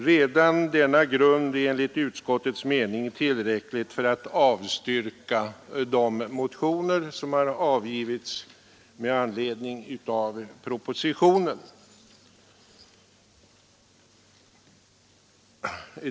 Redan denna grund är enligt utskottets mening tillräcklig för att avstyrka de motioner som har avgivits med anledning av propositionen.